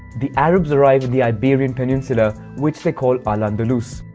the arabs arrive at the iberian peninsula, which they call al-andalus.